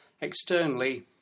Externally